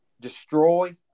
destroy